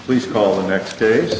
please call the next day